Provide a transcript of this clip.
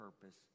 purpose